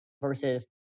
versus